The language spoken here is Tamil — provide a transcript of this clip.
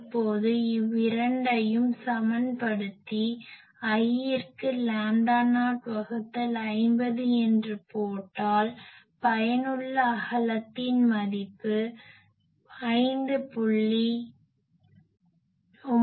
இப்போது இவ்விரண்டையும் சமன்படுத்தி lஇற்கு லாம்டா நாட் வகுத்தல் 50 என்று போட்டால் பயனுள்ள அகலத்தின் மதிப்பு 5